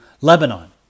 Lebanon